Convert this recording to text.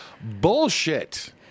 Bullshit